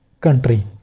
country